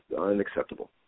unacceptable